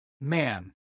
man